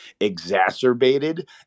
exacerbated